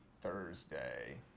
thursday